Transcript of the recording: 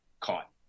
caught